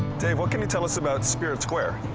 dave, what can you tell us about spirit square?